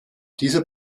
dieser